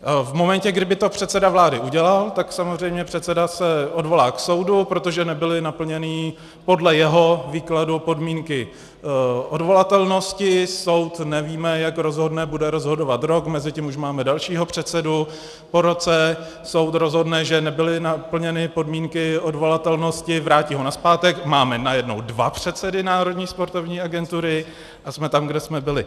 V momentě, kdy by to předseda vlády udělal, tak samozřejmě předseda se odvolá k soudu, protože nebyly naplněny podle jeho výkladu podmínky odvolatelnosti, soud nevíme, jak rozhodne, bude rozhodovat rok, mezitím už máme dalšího předsedu, po roce soud rozhodne, že nebyly naplněny podmínky odvolatelnosti, vrátí ho nazpátek, máme najednou dva předsedy Národní sportovní agentury a jsme tam, kde jsme byli.